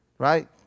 right